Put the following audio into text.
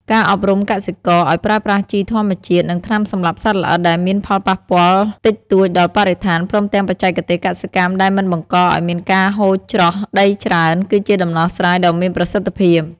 ការអប់រំកសិករឱ្យប្រើប្រាស់ជីធម្មជាតិ និងថ្នាំសម្លាប់សត្វល្អិតដែលមានផលប៉ះពាល់តិចតួចដល់បរិស្ថាន ព្រមទាំងបច្ចេកទេសកសិកម្មដែលមិនបង្កឱ្យមានការហូរច្រោះដីច្រើន គឺជាដំណោះស្រាយដ៏មានប្រសិទ្ធភាព។